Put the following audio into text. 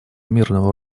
мирного